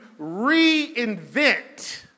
reinvent